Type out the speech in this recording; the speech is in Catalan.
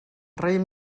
raïm